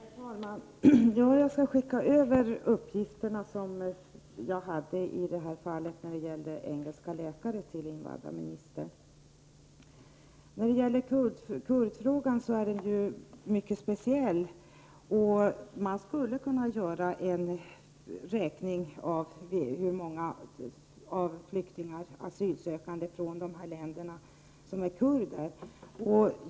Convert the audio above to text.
Herr talman! Jag skall skicka över de uppgifter jag har i fallet om engelska läkare till invandrarministern. Kurdfrågan är mycket speciell, och man skulle kunna göra en beräkning av hur många flyktingar och asylsökande från dessa länder som är kurder.